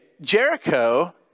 Jericho